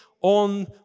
on